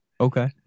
Okay